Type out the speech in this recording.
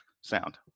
sound